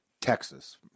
Texas